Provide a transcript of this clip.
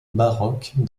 baroques